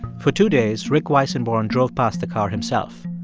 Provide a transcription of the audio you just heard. for two days, rick weissenborn drove past the car himself.